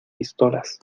pistolas